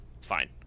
Fine